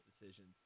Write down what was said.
decisions